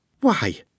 Why